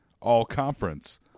all-conference